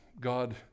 God